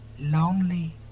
lonely